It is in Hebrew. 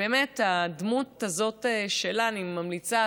באמת, הדמות הזאת שלה, אני ממליצה